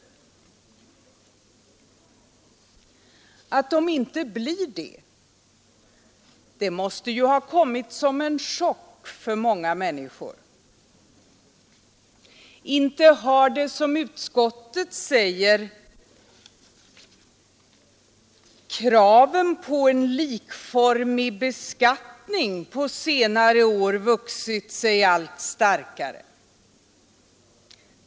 Att de inte blir det måste ha kommit som en chock för många människor. Inte har, som utskottet säger, kraven på en likformig beskattning på senare år vuxit sig allt starkare.